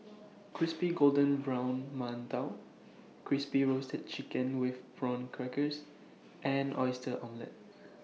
Crispy Golden Brown mantou Crispy Roasted Chicken with Prawn Crackers and Oyster Omelette